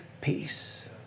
peace